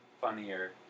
funnier